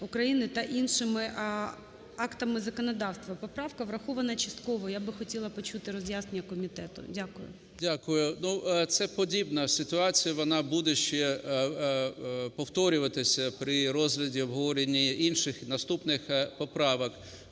України та іншими актами законодавства. Поправка врахована частково. Я би хотіла почути роз'яснення комітету. Дякую. 13:30:53 НЕМИРЯ Г.М. Дякую. Ну, це подібна ситуація, вона буде ще повторюватися при розгляді, обговоренні і інших, і наступних поправок.